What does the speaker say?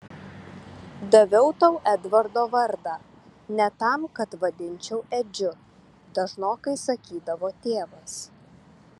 daviau tau edvardo vardą ne tam kad vadinčiau edžiu dažnokai sakydavo tėvas